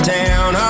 town